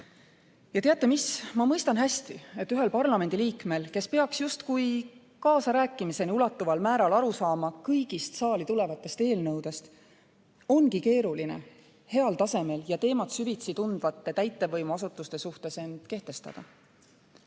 Ja teate, mis? Ma mõistan hästi, et ühel parlamendiliikmel, kes peaks justkui kaasarääkimiseni ulatuval määral aru saama kõigist saali tulevatest eelnõudest, ongi keeruline heal tasemel ja teemat süvitsi tundvate täitevvõimuasutuste suhtes end kehtestada.